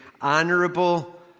honorable